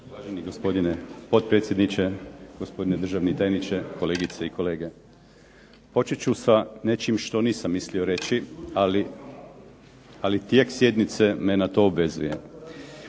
Uvaženi gospodine potpredsjedniče. Gospodine državni tajniče, kolegice i kolege. Počet ću sa nečim što nisam mislio reći, ali tijek sjednice me na to obvezuje.